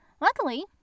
Luckily